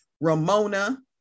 Ramona